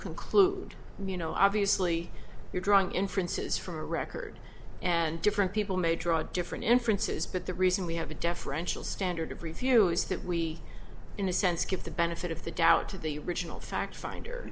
conclude you know obviously you're drawing inferences from a record and different people may draw different inferences but the reason we have a deferential standard of review is that we in a sense give the benefit of the doubt to the original fact finder